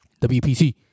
WPC